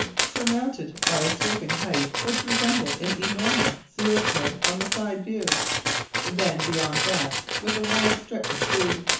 surmounted by a sloping height which resembled an enormous seal's head on the side view then beyond that was a wide stretch of sea.